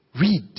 Read